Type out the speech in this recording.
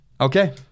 Okay